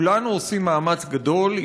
כולנו עושים מאמץ גדול,